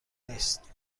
نیست